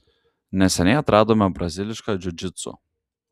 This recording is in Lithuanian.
neseniai atradome brazilišką džiudžitsu